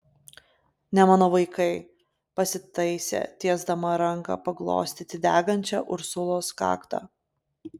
ne mano vaikai pasitaisė tiesdama ranką paglostyti degančią ursulos kaktą